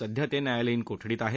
सध्या ते न्यायालयीन कोठडीत आहेत